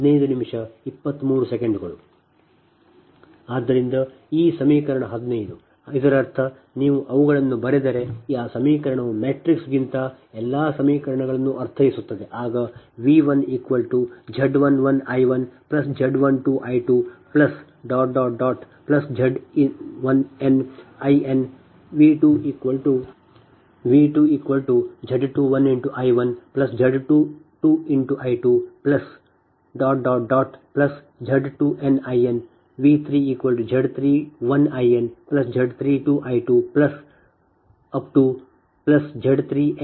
ಆದ್ದರಿಂದ ಈ ಸಮೀಕರಣ 15 ಇದರರ್ಥ ನೀವು ಅವುಗಳನ್ನು ಬರೆದರೆ ಈ ಸಮೀಕರಣವು ಮ್ಯಾಟ್ರಿಕ್ಸ್ಗಿಂತ ಎಲ್ಲ ಸಮೀಕರಣಗಳನ್ನು ಅರ್ಥೈಸುತ್ತದೆ ಆಗ V1Z11I1Z12I2Z1nInV2Z21I1Z22I2Z2nInV3Z31I1Z32I2Z3nIn